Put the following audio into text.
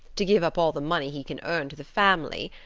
to give up all the money he can earn to the family,